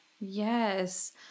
Yes